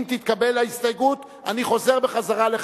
אם תתקבל ההסתייגות, אני חוזר ל-5.